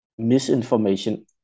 misinformation